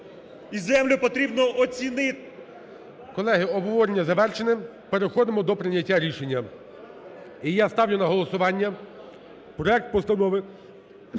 І землю потрібно оцінити. ГОЛОВУЮЧИЙ. Колеги, обговорення завершено. Переходимо до прийняття рішення. І я ставлю на голосування проект Постанови